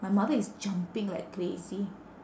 my mother is jumping like crazy